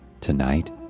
Tonight